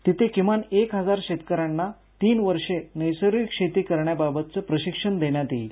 तिथे किमान एक हजार शेतकऱ्यांना तीन वर्षे नैसर्गिक शेती करण्याबाबतचं प्रशिक्षण देण्यात येईल